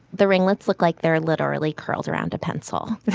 the ringlets look like they're literally curled around a pencil.